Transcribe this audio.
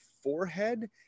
forehead